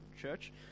church